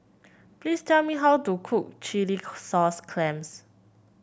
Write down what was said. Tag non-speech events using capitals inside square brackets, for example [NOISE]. please tell me how to cook Chilli [UNINTELLIGIBLE] Sauce Clams